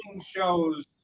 shows